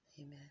amen